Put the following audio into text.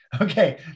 Okay